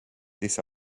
this